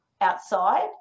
outside